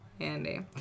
Andy